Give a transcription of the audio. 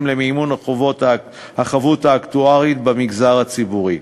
למימון החבות האקטוארית במגזר הציבורי.